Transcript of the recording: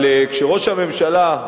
אבל כשראש הממשלה,